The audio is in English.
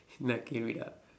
என்ன கேள்விடா:ennaa keelvidaa